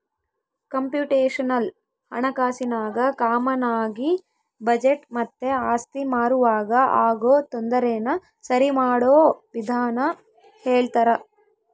computational ಹಣಕಾಸಿನಾಗ ಕಾಮಾನಾಗಿ budget ಮತ್ತೆ ಆಸ್ತಿ ಮಾರುವಾಗ ಆಗೋ ತೊಂದರೆನ ಸರಿಮಾಡೋ ವಿಧಾನ ಹೇಳ್ತರ